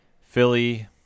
Philly